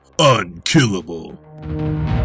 unkillable